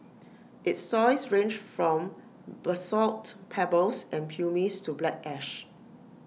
its soils range from basalt pebbles and pumice to black ash